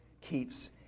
keeps